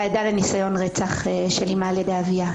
עדה לניסיון רצח של אימה על ידי אביה,